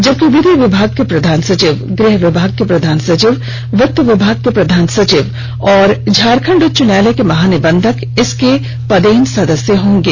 जबकि विधि विभाग के प्रधान सचिव गृह विभाग के प्रधान सचिव वित्त विभाग के प्रधान सचिव और झारखंड उच्च न्यायालय के महानिबंधक इसके पदेन सदस्य होंगे